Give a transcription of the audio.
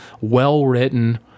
well-written